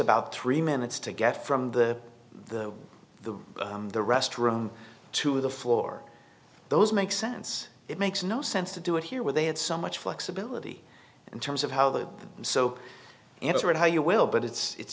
about three minutes to get from the the the the rest room to the floor those make sense it makes no sense to do it here where they had so much flexibility in terms of how that so answer it how you will but it's